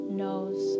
knows